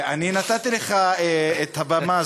אני נתתי לך את הבמה,